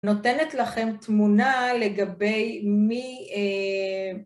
‫נותנת לכם תמונה לגבי מי...